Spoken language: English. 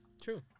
True